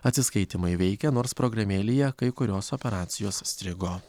atsiskaitymai veikia nors programėlėje kai kurios operacijos strigo